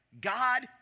God